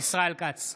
ישראל כץ,